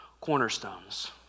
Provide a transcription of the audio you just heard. cornerstones